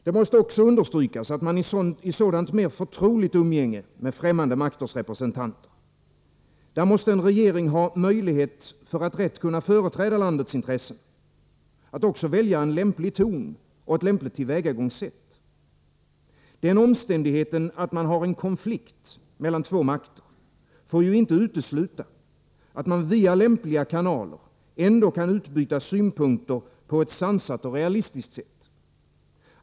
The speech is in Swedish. Det måste också understrykas att en regering i ett sådant mer förtroligt umgänge med främmande makters representanter för att rätt kunna företräda landets intressen måste ha möjlighet att välja en lämplig ton och ett lämpligt tillvägagångssätt. Den omständigheten att det råder en konflikt mellan två makter får ju inte utesluta att man via lämpliga kanaler ändå kan utbyta synpunkter på ett sansat och realistiskt sätt.